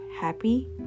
Happy